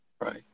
Right